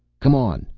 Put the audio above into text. come on!